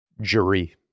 jury